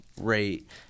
rate